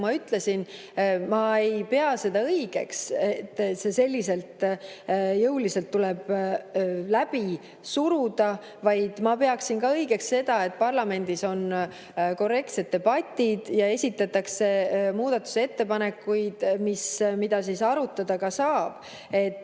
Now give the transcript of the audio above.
ma ütlesin, ma ei pea seda õigeks, et see selliselt jõuliselt tuleb läbi suruda, vaid ma peaksin ka õigeks seda, et parlamendis on korrektsed debatid ja esitatakse muudatusettepanekuid, mida saab arutada. See